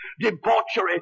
Debauchery